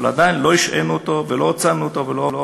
אבל עדיין לא השעינו אותו, ולא הוצאנו אותו.